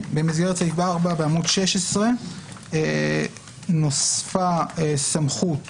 4, בעמוד 16, נוספה סמכות